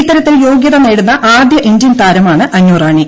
ഇത്തരത്തിൽ യോഗ്യത നേടുന്ന ആദ്യ ഇന്ത്യൻ താരമാണ് അന്നുറാണി